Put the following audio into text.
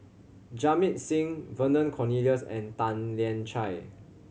Jamit Singh Vernon Cornelius and Tan Lian Chye